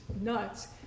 nuts